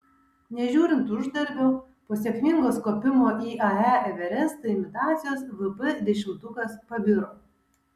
nežiūrint uždarbio po sėkmingos kopimo į ae everestą imitacijos vp dešimtukas pabiro